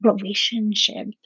relationship